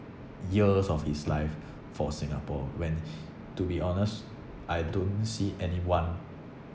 years of his life for Singapore when to be honest I don't see anyone